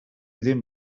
ddim